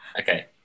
Okay